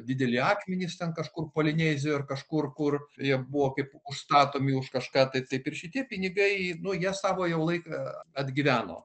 dideli akmenys ten kažkur polinezijoj ar kažkur kur jie buvo kaip užstatomi už kažką tai taip ir šitie pinigai nu jie savo jau laiką atgyveno